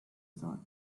thought